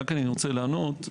רק אני רוצה לענות,